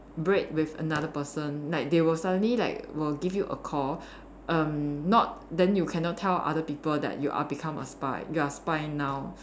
break with another person like they will suddenly like will give you a call erm not then you cannot tell other people that you are become a spy you are spy now